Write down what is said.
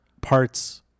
parts